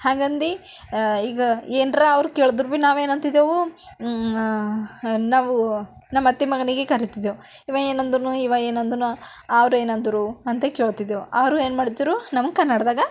ಹಂಗಂದು ಈಗ ಏನಾರ ಅವ್ರು ಕೇಳಿದ್ರೆ ಭೀ ನಾವೇನು ಅಂತಿದ್ದೆವು ನಾವು ನಮ್ಮತ್ತೆ ಮಗನಿಗೆ ಕರಿತಿದ್ದೆವು ಇವ ಏನಂದ್ರೂ ಇವ ಏನಂದ್ರೂ ಅವ್ರು ಏನಂದ್ರು ಅಂತ ಕೇಳ್ತಿದ್ದೆವು ಅವರು ಏನು ಮಾಡ್ತಿದ್ದರು ನಮಗೆ ಕನ್ನಡದಾಗ